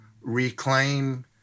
reclaim